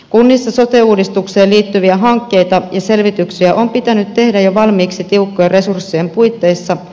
kunnissa sote uudistukseen liittyviä hankkeita ja selvityksiä on pitänyt tehdä jo valmiiksi tiukkojen resurssien puitteissa